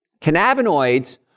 Cannabinoids